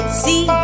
see